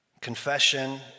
Confession